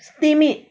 steam it